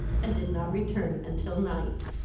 and did not return until night.